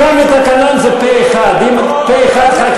סטייה מהתקנון, זה פה-אחד.